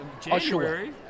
January